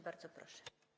Bardzo proszę.